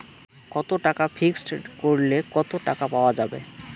কত টাকা ফিক্সড করিলে কত টাকা পাওয়া যাবে?